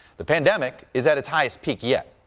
the pandemic is at its highest peak yet.